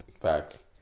Facts